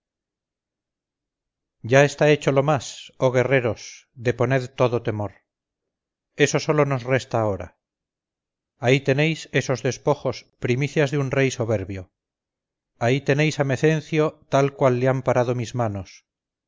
ya está hecho lo más oh guerreros deponed todo temor eso sólo nos resta ahora ahí tenéis esos despojos primicias de un rey soberbio ahí tenéis a mecencio tal cual le han parado mis manos